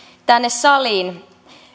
tänne saliin